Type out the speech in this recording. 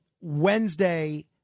Wednesday